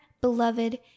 beloved